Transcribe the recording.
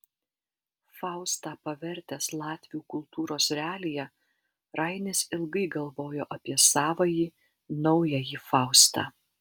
faustą pavertęs latvių kultūros realija rainis ilgai galvojo apie savąjį naująjį faustą